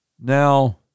Now